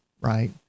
right